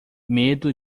medo